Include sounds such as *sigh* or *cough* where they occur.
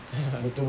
*laughs*